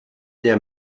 der